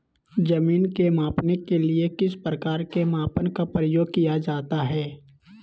जमीन के मापने के लिए किस प्रकार के मापन का प्रयोग किया जाता है?